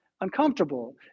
uncomfortable